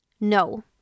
No